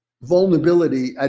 vulnerability